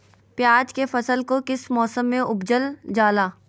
प्याज के फसल को किस मौसम में उपजल जाला?